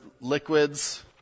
liquids